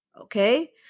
Okay